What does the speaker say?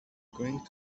going